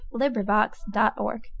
LibriVox.org